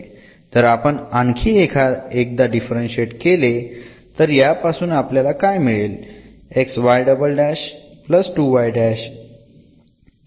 जर आपण आणखी एकदा डिफरंशिएट केले तर यापासून आपल्याला काय मिळेल